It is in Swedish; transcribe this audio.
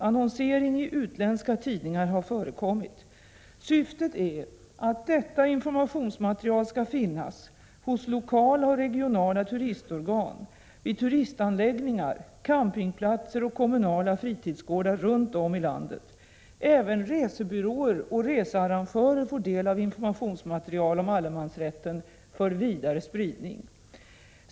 Annonsering i utländska tidningar har förekommit. Syftet är att detta informationsmaterial skall finnas hos lokala och regionala turistorgan, vid turistanläggningar, campingplatser och kommunala fritidsgårdar runt om i landet. Även resebyråer och researrangörer får del av informationsmaterial om allemansrätten för vidare spridning.